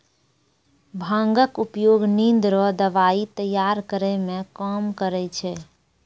भांगक उपयोग निंद रो दबाइ तैयार करै मे काम करै छै